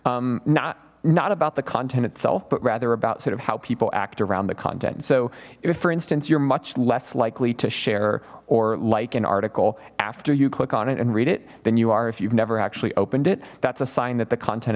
sensationalism not not about the content itself but rather about sort of how people act around the content so if for instance you're much less likely to share or like an article after you click on it and read it then you are if you've never actually opened it that's a sign that the content